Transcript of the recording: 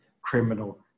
criminal